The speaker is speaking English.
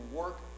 work